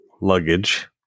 luggage